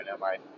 right